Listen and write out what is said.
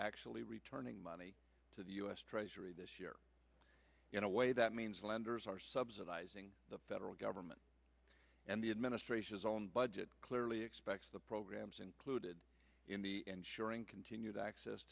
actually returning money to the u s treasury this year in a way that means the lenders are subsidizing the federal government and the administration's own budget clearly expects the programs included in the ensuring continued access